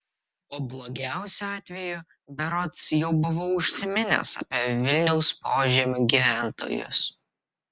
o blogiausiu atveju berods jau buvau užsiminęs apie vilniaus požemių gyventojus